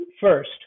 First